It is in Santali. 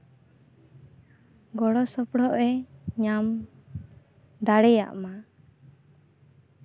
ᱜᱚᱲᱚ ᱥᱚᱯᱲᱚᱜ ᱮ ᱧᱟᱢ ᱫᱟᱲᱮᱭᱟᱜ ᱢᱟ